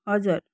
हजुर